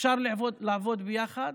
אפשר לעבוד ביחד.